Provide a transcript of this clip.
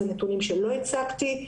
אלה נתונים שלא הצגתי.